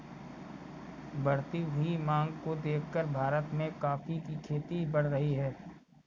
बढ़ती हुई मांग को देखकर भारत में कॉफी की खेती बढ़ रही है